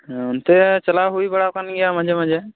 ᱦᱚᱸ ᱚᱱᱛᱮ ᱪᱟᱞᱟᱣ ᱦᱩᱭ ᱵᱟᱲᱟᱣᱟᱠᱟᱱ ᱜᱮᱭᱟ ᱢᱟᱡᱷᱮ ᱢᱟᱡᱷᱮ